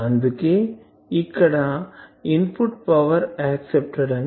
అందుకని ఇక్కడ input power accepted power accepted